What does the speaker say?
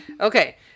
Okay